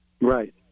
Right